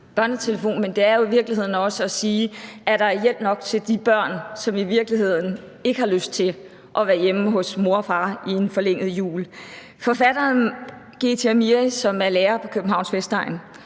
Men det handler i virkeligheden også om at spørge: Er der hjælp nok til de børn, som i virkeligheden ikke har lyst til at være hjemme hos mor og far i en forlænget jul? Forfatteren Geeti Amiri, som er lærer på Københavns Vestegn,